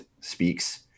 speaks